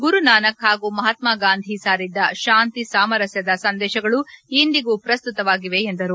ಗುರು ನಾನಕ್ ಹಾಗೂ ಮಹಾತ್ಮ ಗಾಂಧಿ ಸಾರಿದ್ದ ಶಾಂತಿ ಸಾಮರಸ್ಯದ ಸಂದೇಶಗಳು ಇಂದಿಗೂ ಪ್ರಸ್ತುತವಾಗಿವೆ ಎಂದರು